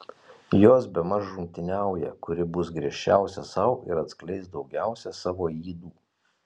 jos bemaž rungtyniauja kuri bus griežčiausia sau ir atskleis daugiausiai savo ydų